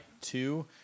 two